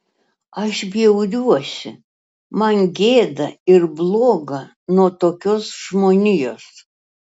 aš bjauriuosi man gėda ir bloga nuo tokios žmonijos